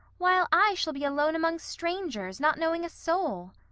while i shall be alone among strangers, not knowing a soul!